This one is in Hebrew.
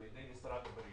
בידי משרד הבריאות.